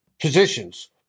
positions –